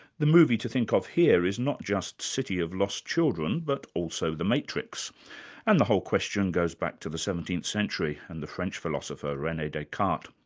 the movie to think of here is not just city of lost children, but also the matrix and the whole question goes back to the seventeenth century and the french philosopher, rene descartes.